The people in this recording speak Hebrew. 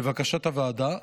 לבקשת הוועדה,